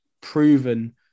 proven